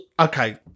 Okay